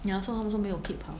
ya so 他们说没有 clip 好